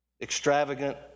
extravagant